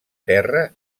terra